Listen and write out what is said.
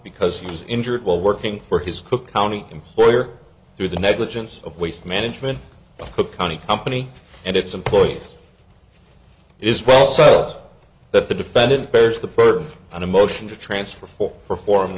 because he was injured while working for his cook county employer through the negligence of waste management cook county company and its employees is self that the defendant bears the burden on a motion to transfer for for